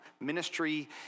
ministry